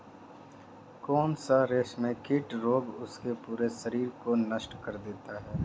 कौन सा रेशमकीट रोग उसके पूरे शरीर को नष्ट कर देता है?